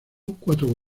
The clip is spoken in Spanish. cuatro